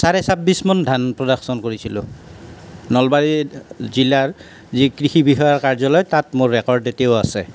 চাৰে চাব্বিছ মোন ধান প্ৰডাকশ্যন কৰিছিলোঁ নলবাৰীত জিলাৰ যি কৃষি বিষয়া কাৰ্য্য়ালয় তাত মোৰ ৰেকৰ্ড এতিয়াও আছে